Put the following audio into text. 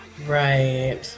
Right